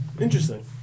Interesting